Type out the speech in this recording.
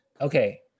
Okay